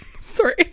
Sorry